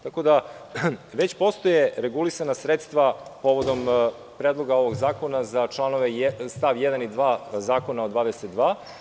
Tako da, već postoje regulisana sredstva povodom Predloga ovog zakona za st. 1. i 2. člana 22.